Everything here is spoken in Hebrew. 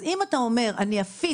אז אם אתה אומר: אני אפיץ,